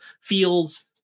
feels